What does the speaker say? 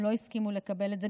הם לא הסכימו לקבל את זה.